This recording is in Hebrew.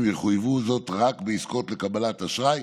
הם יחויבו בכך רק בעסקאות לקבלת אשראי,